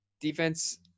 Defense